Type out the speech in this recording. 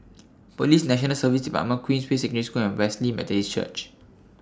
Police National Service department Queensway Secondary School and Wesley Methodist Church